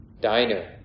diner